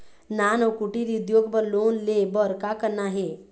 नान अउ कुटीर उद्योग बर लोन ले बर का करना हे?